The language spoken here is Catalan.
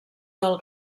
del